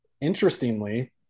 Interestingly